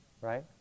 Right